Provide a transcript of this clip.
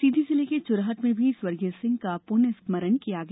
सीधी जिले के चुरहट में भी स्वर्गीय सिंह का पुण्य स्मरण किया गया